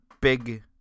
big